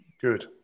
good